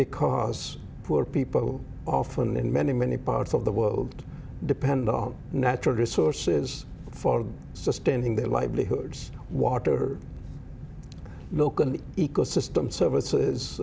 because poor people often in many many parts of the world depend on natural resources for sustaining their livelihoods water milk and ecosystem services